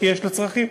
כי יש לה צרכים,